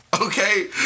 Okay